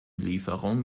lieferung